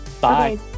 Bye